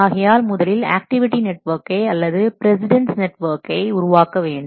ஆகையால் முதலில் ஆக்டிவிட்டி நெட்வொர்க்கை அல்லது பிரஸிடெண்ட்ஸ் நெட்வொர்க்கை உருவாக்க வேண்டும்